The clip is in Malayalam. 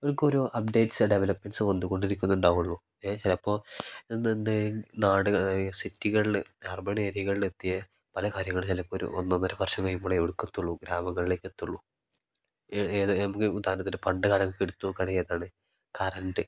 നമുക്കൊരു അപ്ഡേറ്റ്സോ ഡെവലപ്മെൻറ്സോ വന്നുകൊണ്ടിരിക്കുന്നുണ്ടാവുള്ളൂ എ ചിലപ്പോൾ എന്തുണ്ട് നാട് സിറ്റികളിൽ അർബൺ ഏരിയകളിലെത്തിയ പല കാര്യങ്ങൾ ചിലപ്പോൾ ഒരു ഒന്നൊന്നര വർഷം കഴിയുമ്പോളെ എവിടേക്ക് എത്തുള്ളൂ ഗ്രാമങ്ങളിലേക്ക് എത്തുള്ളൂ ഏത് നമുക്ക് ഉദാഹരത്തിന് പണ്ട് കാലം ഒക്കെ എടുത്തുനോക്കുകയാണെങ്കിൽ എന്താണ് കറണ്ട്